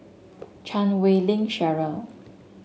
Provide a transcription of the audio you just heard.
Chan Wei Ling Cheryl